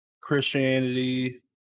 Christianity